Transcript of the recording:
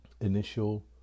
initial